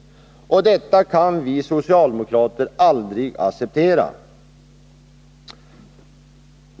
Detta förslag kan vi socialdemokrater aldrig acceptera.